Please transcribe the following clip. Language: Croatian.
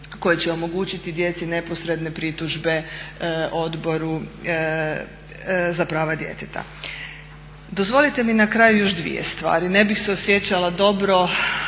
koji će omogućiti djeci neposredne pritužbe Odboru za prava djeteta. Dozvolite mi na kraju još dvije stvari, ne bih se osjećala dobro